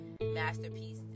masterpiece